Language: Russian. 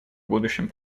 будущем